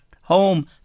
home